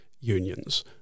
unions